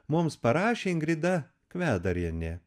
mums parašė ingrida kvedarienė